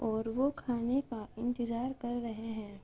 اور وہ کھانے کا انتظار کر رہے ہیں